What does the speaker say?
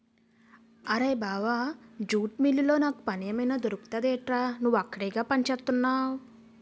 అరేయ్ బావా జూట్ మిల్లులో నాకు పనేమైనా దొరుకుతుందెట్రా? నువ్వక్కడేగా పనిచేత్తున్నవు